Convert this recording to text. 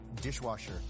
dishwasher